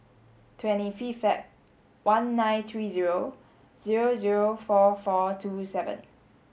twenty fifth Feb one nine three zero zero zero four four two seven